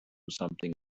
something